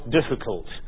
difficult